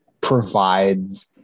provides